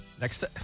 next